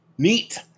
Neat